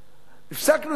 הפסקנו עם זה, נכון?